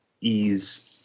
ease